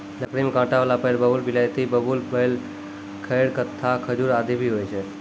लकड़ी में कांटा वाला पेड़ बबूल, बिलायती बबूल, बेल, खैर, कत्था, खजूर आदि भी होय छै